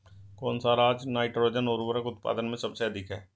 कौन सा राज नाइट्रोजन उर्वरक उत्पादन में सबसे अधिक है?